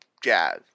jazz